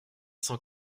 cent